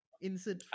insert